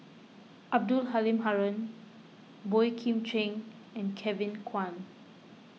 Abdul Halim Haron Boey Kim Cheng and Kevin Kwan